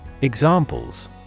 Examples